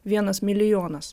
vienas milijonas